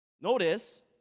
Notice